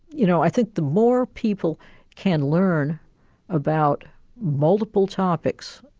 you know i think the more people can learn about multiple topics,